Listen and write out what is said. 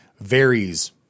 varies